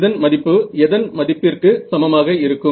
இதன் மதிப்பு எதன் மதிப்பிற்கு சமமாக இருக்கும்